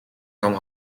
том